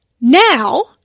Now